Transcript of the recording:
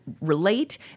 relate